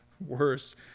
worse